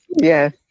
yes